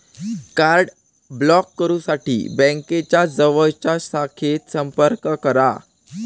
card block करुसाठी बँकेच्या जवळच्या शाखेत संपर्क करा